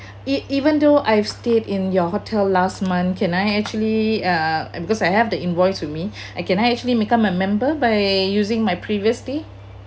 it even though I've stayed in your hotel last month can I actually uh because I have the invoice with me can I actually become a member by using my previous stay